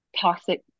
toxic